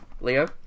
leo